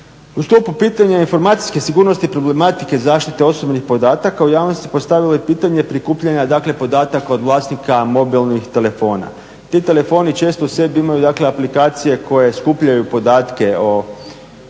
U sklopu pitanja informacijske sigurnosti i problematike zaštite osobnih podataka u javnosti je postavila pitanje prikupljanja podataka od vlasnika mobilnih telefona. Ti telefoni često u sebi imaju aplikacije koje skupljaju podatke o,